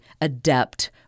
adept